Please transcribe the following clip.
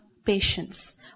patience